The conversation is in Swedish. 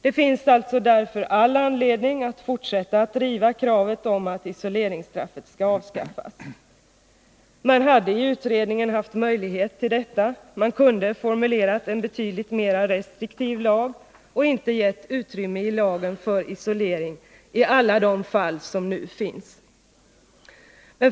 Det finns därför all anledning att fortsätta att driva kravet om att isoleringsstraffet skall avskaffas. Man hade i utredningen haft möjlighet till detta — man kunde ha formulerat en betydligt mera restriktiv lag och inte gett utrymme i lagen för isolering i alla de fall som nu finns.